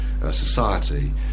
society